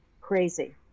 crazy